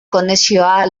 konexioa